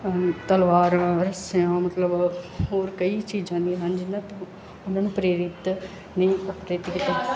ਤਲਵਾਰ ਸਿਆਂ ਮਤਲਬ ਹੋਰ ਕਈ ਚੀਜ਼ਾਂ ਦੀਆਂ ਹਨ ਜਿਹਨਾਂ ਤੋਂ ਉਹਨਾਂ ਨੂੰ ਪ੍ਰੇਰਿਤ ਨਹੀਂ